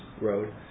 Road